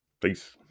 peace